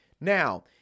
Now